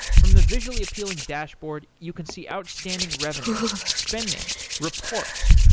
from the visually appealing dashboard, you can see outstanding revenue, spending, reports,